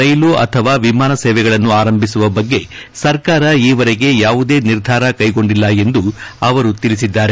ರೈಲು ಅಥವಾ ವಿಮಾನ ಸೇವೆಗಳನ್ನು ಆರಂಭಿಸುವ ಬಗ್ಗೆ ಸರ್ಕಾರ ಈವರೆಗೆ ಯಾವುದೇ ನಿರ್ಧಾರ ಕೈಗೊಂಡಿಲ್ಲ ಎಂದು ಅವರು ತಿಳಿಸಿದ್ದಾರೆ